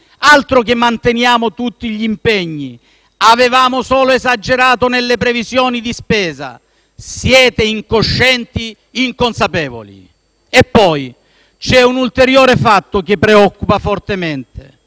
Altro che «manteniamo tutti gli impegni» o «avevamo solo esagerato nelle previsioni di spesa»: siete incoscienti consapevoli. C'è un ulteriore fatto che preoccupa fortemente: